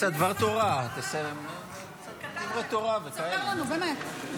תספר לנו, באמת.